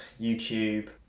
YouTube